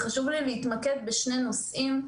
חשוב לי להתמקד בשני נושאים.